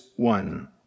One